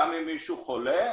גם אם מישהו חולה,